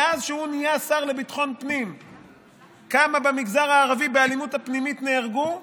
מאז שהוא נהיה שר לביטחון פנים כמה במגזר הערבי באלימות הפנימית נהרגו,